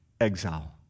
Exile